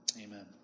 Amen